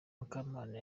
mukamana